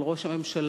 של ראש הממשלה,